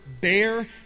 bear